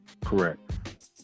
Correct